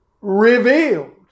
revealed